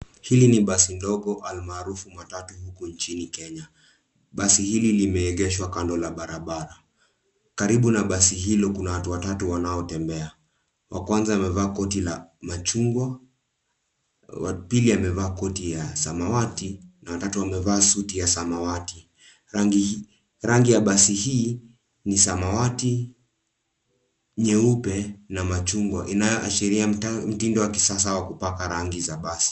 Hili ni basi ndogo almarufu matatu huku nchini Kenya. Basi hili limeegeshwa kando la barabara. Karibu na basi hilo kuna watu watatu wanaotembea. Wa kwanza amevaa koti la machungwa, wa pili amevaa koti ya samawati na wa tatu amevaa suti ya samawati. Rangi ya basi hii ni samawati nyeupe na machungwa inayoashiria mtindo wa kisasa wa kupaka rangi za basi.